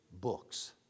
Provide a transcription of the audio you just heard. books